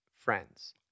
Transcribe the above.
Friends